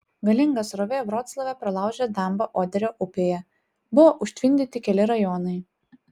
galinga srovė vroclave pralaužė dambą oderio upėje buvo užtvindyti keli rajonai